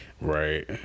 Right